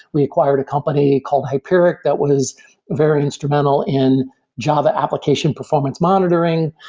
we acquired a company called hyperic that was very instrumental in java application performance monitoring.